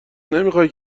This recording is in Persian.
نمیخای